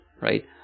Right